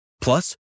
Plus